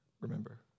Remember